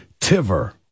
Tiver